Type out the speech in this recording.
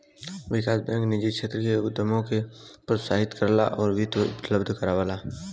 विकास bank निजी क्षेत्र में उद्यमों के प्रोत्साहित करला आउर वित्त उपलब्ध करावला